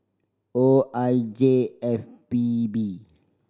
O I J F P B